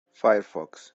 firefox